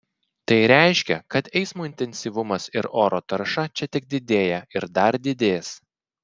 tai reiškia kad eismo intensyvumas ir oro tarša čia tik didėja ir dar didės